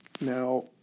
Now